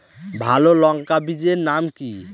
ভালো লঙ্কা বীজের নাম কি?